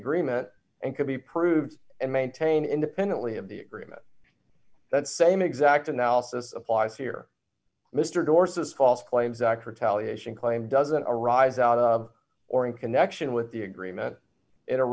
agreement and could be proved and maintain d independently of the agreement that same exact analysis applies here mr dorsey this false claims act retaliation claim doesn't arise out of or in connection with the agreement i